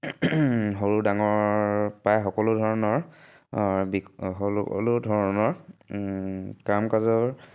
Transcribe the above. সৰু ডাঙৰ প্ৰায় সকলো ধৰণৰ সকলো ধৰণৰ কাম কাজৰ